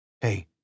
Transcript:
Hey